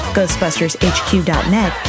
GhostbustersHQ.net